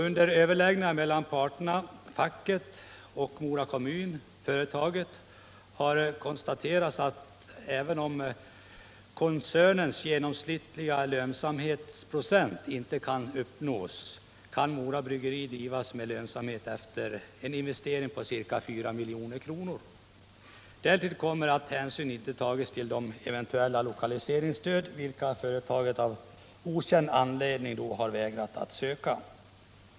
Under överläggningar mellan parterna — facket, Mora kommun och företaget — har konstaterats att även om koncernens genomsnittliga lönsamhetsprocent inte kan uppnås, kan Mora Bryggeri drivas med lönsamhet efter en investering på ca 4 milj.kr. Därtill kommer att hänsyn inte tagits till eventuella lokaliseringsstöd, vilka företaget av okänd anledning har vägrat söka.